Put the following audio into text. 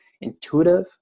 intuitive